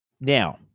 Now